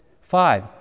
Five